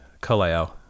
Kaleo